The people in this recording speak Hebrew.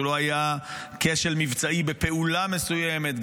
הוא לא היה כשל מבצעי בפעולה מסוימת,